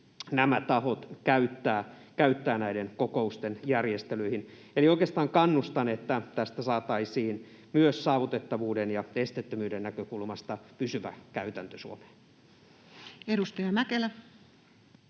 nämä tahot voisivat käyttää kokousten järjestelyihin. Eli oikeastaan kannustan, että tästä saataisiin myös saavutettavuuden ja esteettömyyden näkökulmasta pysyvä käytäntö Suomeen. [Speech